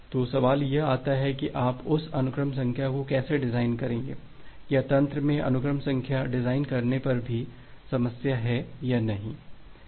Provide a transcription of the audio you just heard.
तो सवाल यह आता है कि आप उस अनुक्रम संख्या को कैसे डिज़ाइन करेंगे या तंत्र में अनुक्रम संख्या डिज़ाइन करने पर भी कोई समस्या है या नहीं